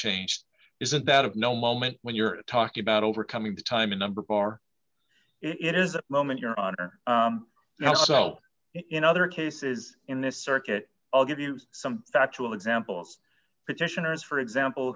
changed isn't that of no moment when you're talking about overcoming the time in number bar it is a moment your honor now so in other cases in this circuit i'll give you some factual examples petitioners for example